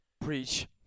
Preach